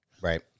Right